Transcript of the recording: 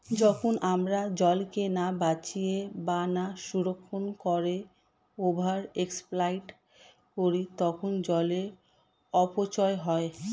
যখন আমরা জলকে না বাঁচিয়ে বা না সংরক্ষণ করে ওভার এক্সপ্লইট করি তখন জলের অপচয় হয়